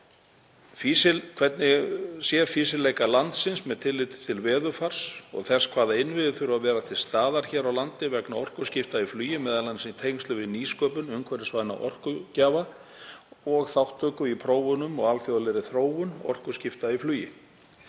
flugi. c. Fýsileika landsins með tilliti til veðurfars og þess hvaða innviðir þurfi að vera til staðar hér á landi vegna orkuskipta í flugi, m.a. í tengslum við nýsköpun, umhverfisvæna orkugjafa og þátttöku í prófunum og alþjóðlegri þróun orkuskipta í flugi.